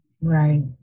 Right